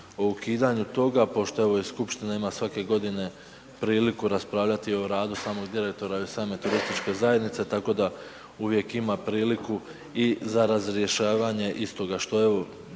o ukidanju toga pošto evo i skupština ima svake godine priliku raspravljati o radu samog direktora i same turističke zajednice tako da uvijek ima priliku i za razrješavanje istoga što je